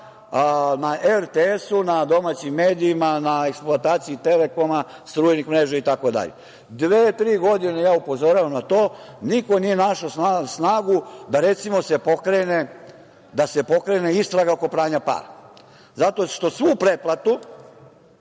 na RTS-u, na domaćim medijima, na eksploataciji Telekoma, strujnih mreža itd. Dve, tri godine ja upozoravam na to. Niko nije našao snagu da se, recimo, pokrene istraga oko pranja para, zato što svu pretplatu